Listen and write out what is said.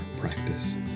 practice